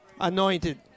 anointed